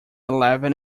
eleven